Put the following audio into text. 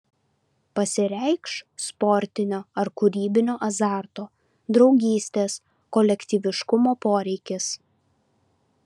pasireikš sportinio ar kūrybinio azarto draugystės kolektyviškumo poreikis